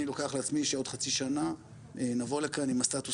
אני לוקח לעצמי שעוד חצי שנה נבוא לכאן עם הסטטוס